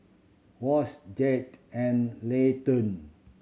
Wash Jed and Layton